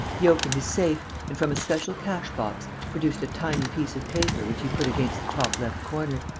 he opened his safe and, from a special cash-box, produced a tiny piece of paper which he put against the top left corner